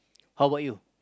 how bout you